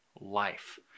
life